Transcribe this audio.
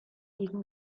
liegen